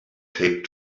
taped